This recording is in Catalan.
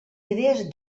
idees